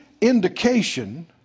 indication